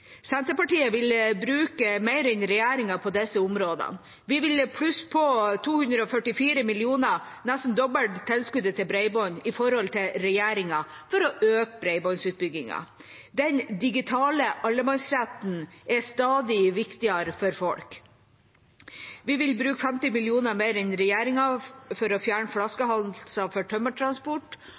Senterpartiet vil bruke mer enn regjeringa på disse områdene. Vi vil plusse på 244 mill. kr, nesten doble tilskuddet til bredbånd i forhold til å regjeringa for å øke bredbåndsutbyggingen. Den digitale allemannsretten er stadig viktigere for folk. Vi vil bruke 50 mill. kr mer enn regjeringa for å fjerne flaskehalser for tømmertransport.